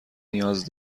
نیاز